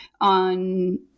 on